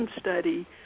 study